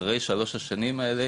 אחרי שלוש השנים האלה,